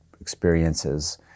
experiences